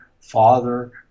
father